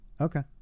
Okay